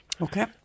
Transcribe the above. Okay